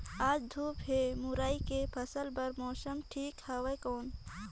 आज धूप हे मुरई के फसल बार मौसम ठीक हवय कौन?